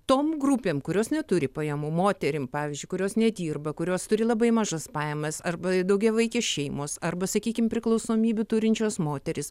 tom grupėm kurios neturi pajamų moterim pavyzdžiui kurios nedirba kurios turi labai mažas pajamas arba daugiavaikės šeimos arba sakykim priklausomybių turinčios moterys